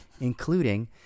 including